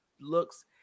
looks